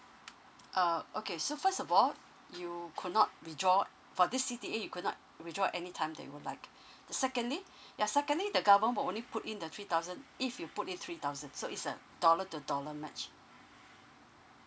err okay so first of all you could not withdraw for this C_D_A you could not withdraw anytime that you like secondly ya secondly the government only put in the three thousand if you put in three thousand so is a dollar to dollar match